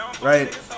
right